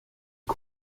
est